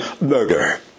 murder